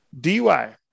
DUI